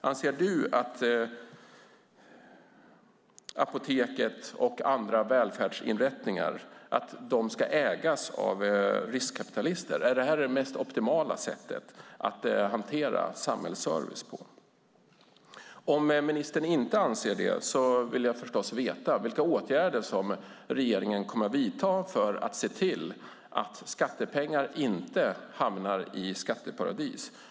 Anser du att apotek och andra välfärdsinrättningar ska ägas av riskkapitalister? Är det det mest optimala sättet att hantera samhällsservice på? Om ministern inte anser det vill jag förstås veta vilka åtgärder regeringen kommer att vidta för att se till att skattepengar inte hamnar i skatteparadis.